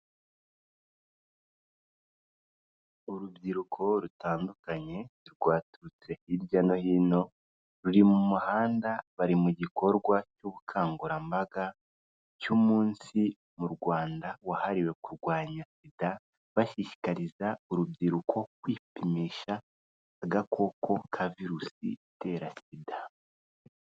Urubyiruko rutandukanye rwaturutse hirya no hino, ruri mu muhanda, bari mu gikorwa cy'ubukangurambaga, cy'umunsi mu Rwanda wahariwe kurwanya sida, bashishikariza urubyiruko kwipimisha agakoko ka virusi itera sida.